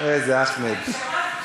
איזה אחמד.